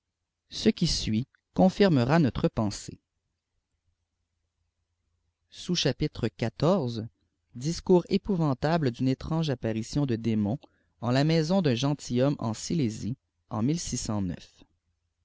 ce qui suit confirmera notre pensée biêécurê épouvantable d'une étrange apparition de démons en la maison d'un gentilhomme en suésie en